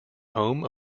home